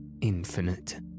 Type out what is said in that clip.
infinite